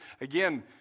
again